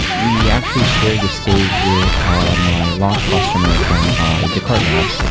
we actually shared the stage with ah my launch customer from descartes lab,